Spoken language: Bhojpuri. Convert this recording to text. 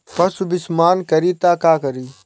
पशु विषपान करी त का करी?